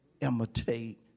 imitate